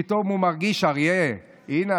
פתאום הוא מרגיש אריה: הינה,